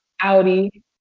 Audi